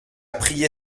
prié